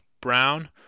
brown